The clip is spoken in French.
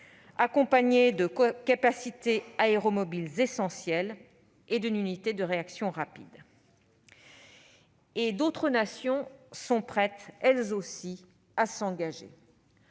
fournissent des capacités aéromobiles essentielles et une unité de réaction rapide. D'autres nations sont prêtes, elles aussi, à s'engager.